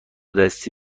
دستی